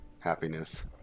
happiness